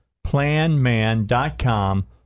planman.com